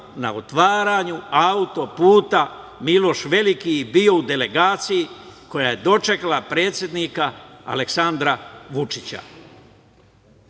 na otvaranju autoputa Miloš Veliki i bio u delegaciji koja je dočekala predsednika Aleksandra Vučića.